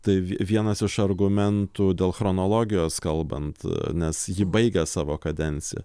tai vienas iš argumentų dėl chronologijos kalbant nes ji baigia savo kadenciją